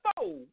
four